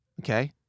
Okay